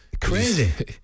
Crazy